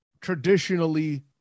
traditionally